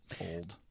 old